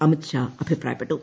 അമിത്ഷാ അഭിപ്രായപ്പെട്ടു